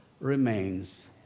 remains